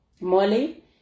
Molly